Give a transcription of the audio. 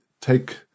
take